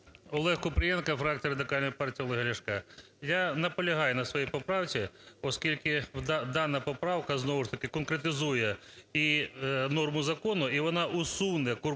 ОлегКупрієнко, фракція Радикальної партії Олега Ляшка. Я наполягаю на своїй поправці, оскільки дана поправка знову ж таки конкретизує і норму закону, і вона усуне корупційну